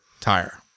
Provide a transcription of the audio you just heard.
tire